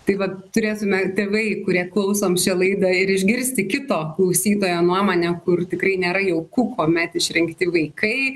tai vat turėtųme tėvai kurie klausom šią laidą ir išgirsti kito klausytojo nuomonę kur tikrai nėra jauku kuomet išrinkti vaikai